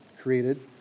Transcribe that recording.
created